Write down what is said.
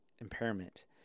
impairment